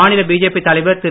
மாநில பிஜேபி தலைவர் திரு